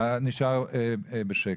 נשאר בשקט.